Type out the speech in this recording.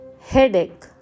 headache